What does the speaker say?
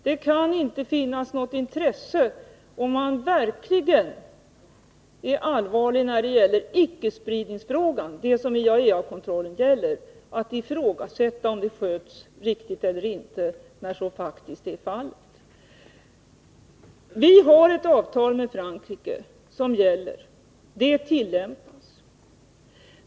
Det kan inte finnas något intresse av — om man verkligen är allvarlig när det gäller icke-spridnings-frågan, som IAEA-kontrollen gäller — att ifrågasätta om det skötts riktigt eller inte, när så faktiskt är fallet. Vi har ett avtal med Frankrike som gäller. Det tillämpas.